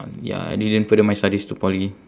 ya I didn't further my studies to poly